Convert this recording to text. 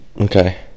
okay